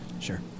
Sure